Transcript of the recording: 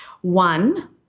one